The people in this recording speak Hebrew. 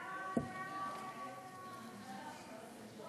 ההצעה להעביר את הצעת חוק